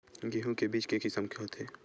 गेहूं के बीज के किसम के होथे?